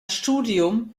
studium